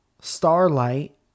Starlight